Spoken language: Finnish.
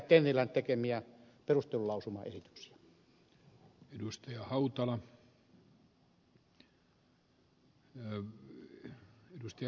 tennilän tekemiä perustelulausumaesityksiä